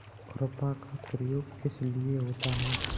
खुरपा का प्रयोग किस लिए होता है?